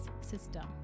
system